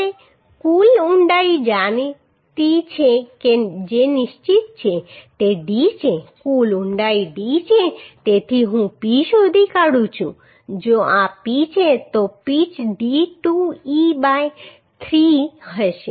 હવે કુલ ઊંડાઈ જાણીતી છે કે જે નિશ્ચિત છે તે D છે કુલ ઊંડાઈ D છે તેથી હું P શોધી કાઢું છું જો આ P છે તો પિચ D 2 e બાય 3 હશે